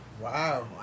Wow